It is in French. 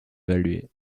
évaluer